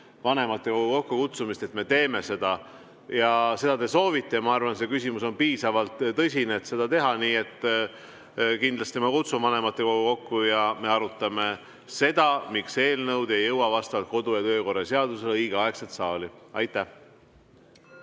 vanematekogu kokkukutsumist, et me seda teeksime. Seda te soovite ja ma arvan, et see küsimus on piisavalt tõsine, et seda teha. Nii et kindlasti kutsun ma vanematekogu kokku ja me arutame, miks eelnõud ei jõua vastavalt kodu‑ ja töökorra seadusele õigeaegselt saali. Aitäh!